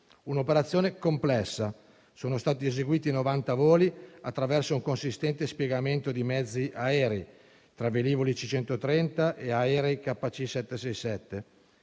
un'operazione complessa: sono stati eseguiti novanta voli attraverso un consistente spiegamento di mezzi aerei, tra velivoli C-130 e aerei KC-767.